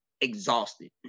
exhausted